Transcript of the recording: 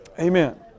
Amen